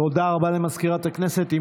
תודה רבה למזכירת הכנסת.